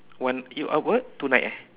one you are what tonight eh